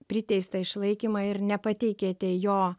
priteistą išlaikymą ir nepateikėte jo